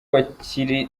bakira